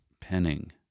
Penning